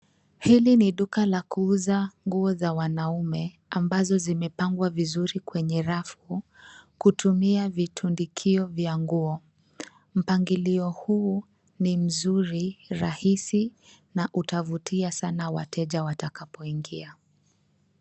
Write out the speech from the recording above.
Hili ni duka la kuuza nguo za wanaume ambazo zimepangwa vizuri kwenye rafu kutumia vitundikio vya nguo. Mpangilio huu ni mzuri, rahisi na utavutia sana wateja watakapoingia.